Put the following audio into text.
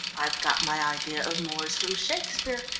i've got my idea of moors from shakespeare,